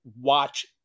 watch